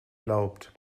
glaubt